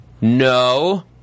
no